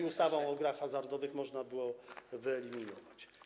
i ustawę o grach hazardowych, można było wyeliminować.